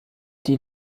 die